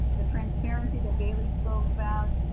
the transparency that baylee spoke about,